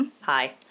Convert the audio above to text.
Hi